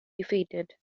defeated